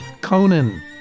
Conan